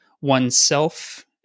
oneself